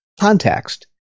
context